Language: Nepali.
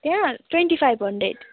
त्यहाँ ट्वेन्टी फाइभ हन्ड्रेड